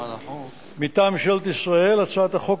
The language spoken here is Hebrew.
אנחנו מצביעים על הצעת חוק